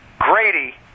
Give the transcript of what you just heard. Grady